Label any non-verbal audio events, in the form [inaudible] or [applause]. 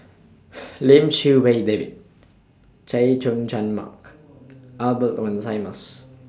[noise] Lim Chee Wai David Chay Jung Jun Mark Albert Winsemius